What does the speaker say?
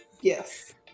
Yes